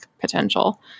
potential